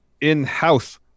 in-house